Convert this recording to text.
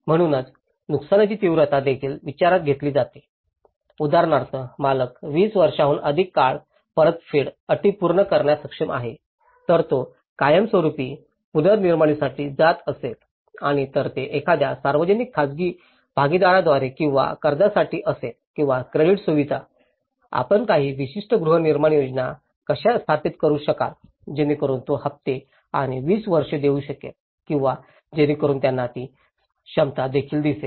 म्हणूनच नुकसानीची तीव्रता देखील विचारात घेतली जाते उदाहरणार्थ मालक 20 वर्षांहून अधिक काळ परतफेड अटी पूर्ण करण्यास सक्षम आहे जर तो कायमस्वरूपी पुनर्निर्मितीसाठी जात असेल आणि जर ते एखाद्या सार्वजनिक खाजगी भागीदारीद्वारे किंवा कर्जासाठी असेल किंवा क्रेडिट सुविधा आपण काही विशिष्ट गृहनिर्माण योजना कशा स्थापित करू शकाल जेणेकरून तो हप्ते आणि 20 वर्षे देऊ शकेल किंवा जेणेकरून त्यांना ती क्षमता देखील दिसेल